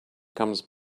comes